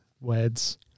words